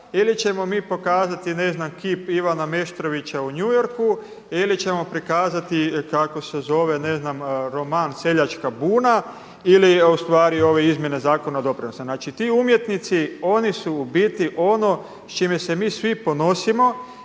ili ćemo mi pokazati ne znam kip Ivana Meštrovića u New Yorku ili ćemo prikazati kako se zove roman „Seljačka buna“ ili ustvari ove izmjene Zakona o doprinosima. Znači ti umjetnici oni su u biti ono s čime se mi svi ponosimo